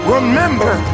Remember